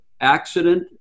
accident